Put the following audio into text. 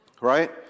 right